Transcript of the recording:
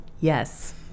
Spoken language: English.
yes